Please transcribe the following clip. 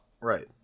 Right